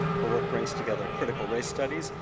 her work brings together critical race studies,